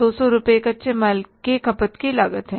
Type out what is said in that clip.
119200 रुपये कच्चे माल की खपत की लागत है